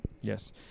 Yes